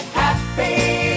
happy